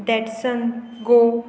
Datsun go